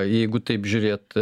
jeigu taip žiūrėt